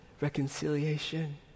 reconciliation